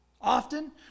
often